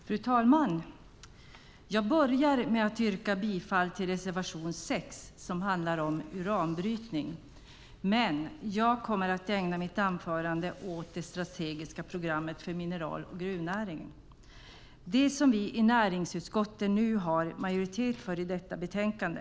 Fru talman! Jag börjar med att yrka bifall till reservation 6 som handlar om uranbrytning. Jag kommer att ägna mitt anförande åt det strategiska programmet för mineral och gruvnäringen. Det har vi i näringsutskottet nu majoritet för i detta betänkande.